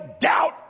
doubt